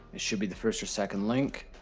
it should be the first or second link.